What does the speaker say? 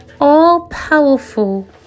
All-powerful